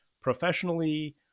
professionally